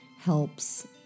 helps